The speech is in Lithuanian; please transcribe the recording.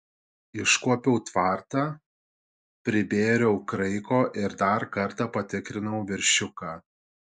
iškuopiau tvartą pribėriau kraiko ir dar kartą patikrinau veršiuką